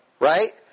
Right